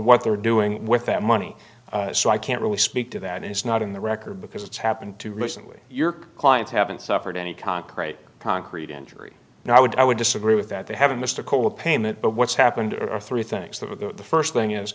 what they were doing with that money so i can't really speak to that it's not in the record because it's happened to recently your clients haven't suffered any concrete concrete injury and i would i would disagree with that they haven't missed a cola payment but what's happened are three things that the first thing is